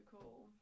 cool